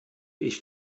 ich